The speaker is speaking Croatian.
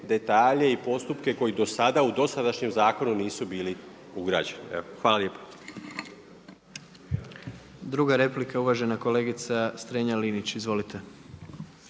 detalje i postupke koji do sada, u dosadašnjem zakonu nisu bili ugrađeni. Hvala lijepo. **Jandroković, Gordan (HDZ)** Druga replika, uvažena kolegica Strenja-Linić.